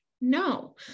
No